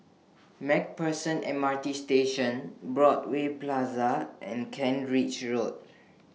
MacPherson M R T Station Broadway Plaza and Kent Ridge Road